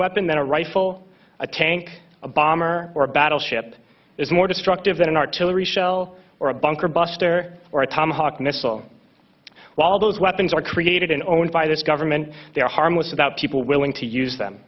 weapon than a rifle a tank a bomber or a battleship is more destructive than an artillery shell or a bunker buster or a tomahawk missile while those weapons are created and owned by this government they are harmless about people willing to use them